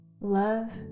love